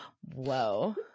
Whoa